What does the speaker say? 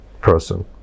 person